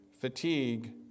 fatigue